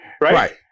Right